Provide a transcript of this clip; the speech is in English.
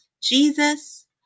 Jesus